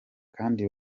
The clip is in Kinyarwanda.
kandi